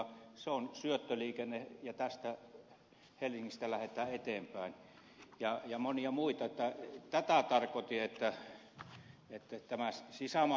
se on syöttöliikennettä ja täältä helsingistä lähdetään eteenpäin ja on monia muita tätä tarkoitin tällä sisämaaliikenteellä